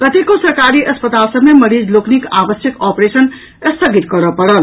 कतेको सरकारी अस्पताल सभ मे मरीज लोकनिक आवश्यक ऑपरेशन स्थगित करऽ पड़ल